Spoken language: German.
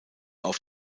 auf